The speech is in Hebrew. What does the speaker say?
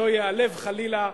שלא ייעלב חלילה,